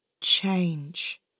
change